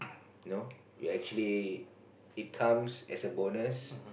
you know you actually it comes as a bonus